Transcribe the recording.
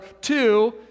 two